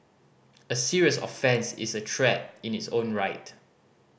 a serious offence is a threat in its own right